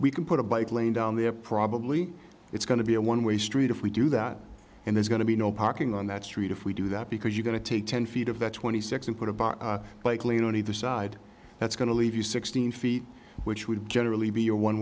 we can put a bike lane down there probably it's going to be a one way street if we do that and there's going to be no parking on that street if we do that because you going to take ten feet of that twenty six and put a bike lane on either side that's going to leave you sixteen feet which would generally be a one